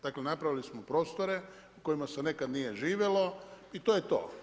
Dakle napravili smo prostore u kojima se nekad nije živjelo i to je to.